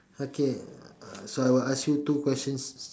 okay uh so I will ask you two questions